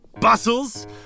bustles